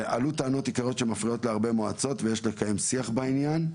עלו טענות עיקריות שמפריעות להרבה מועצות ויש לקיים שיח בעניין.